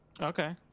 Okay